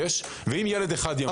ואם ילד אחד ימות?